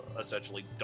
essentially